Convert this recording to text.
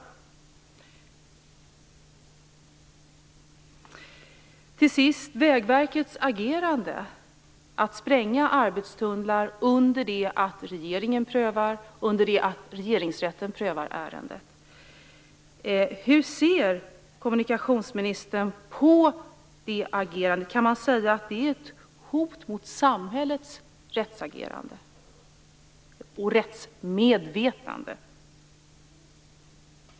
Hur ser kommunikationsministern på Vägverkets agerande, dvs. sprängning av arbetstunnlar under det att regering och Regeringsrätten prövar ärendet? Kan man säga att det är ett hot mot samhällets rättsagerande och rättsmedvetande?